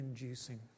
inducing